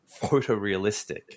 photorealistic